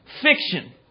fiction